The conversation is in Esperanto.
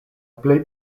plej